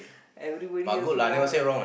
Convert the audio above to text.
everybody also what